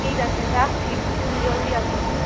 ঠিক আছে রাখছি তুমি জলদি আসো